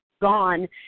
gone